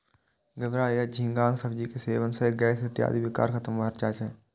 घिवरा या झींगाक सब्जी के सेवन सं गैस इत्यादिक विकार खत्म भए जाए छै